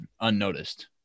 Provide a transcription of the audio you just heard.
unnoticed